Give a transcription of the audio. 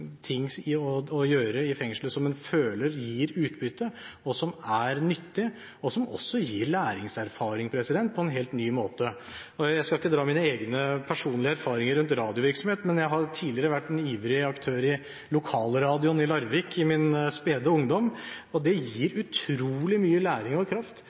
ting å gjøre i fengslet som en føler gir utbytte, og som er nyttig, og som også gir læringserfaring på en helt ny måte. Jeg skal ikke dra mine egne, personlige erfaringer rundt radiovirksomhet, men jeg har tidligere vært en ivrig aktør i lokalradioen i Larvik, i min spede ungdom, og det gir utrolig mye læring og kraft.